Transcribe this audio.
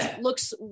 looks